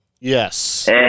Yes